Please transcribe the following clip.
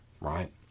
right